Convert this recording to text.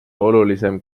olulisem